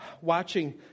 Watching